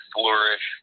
Flourish